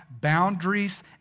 boundaries